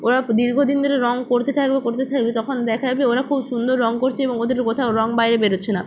ওরা দীর্ঘ দিন ধরে রং করতে থাকবে করতে থাকবে তখন দেখা যাবে ওরা খুব সুন্দর রং করছে এবং ওদের কোথাও রং বাইরে বেরোচ্ছে না